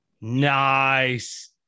Nice